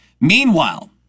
Meanwhile